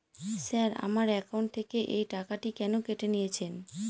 Sir আমার account থেকে এই টাকাটি কেন কেটে নিয়েছেন?